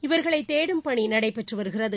இவர்களைதேடும் பணிநடைபெற்றுவருகிறது